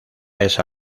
esa